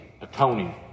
atoning